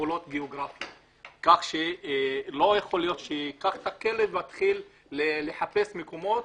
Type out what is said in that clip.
גבולות גיאוגרפיים כך שלא יכול להיות שאקח את הכלב ואתחיל לחפש מקומות,